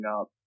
up